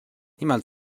nimelt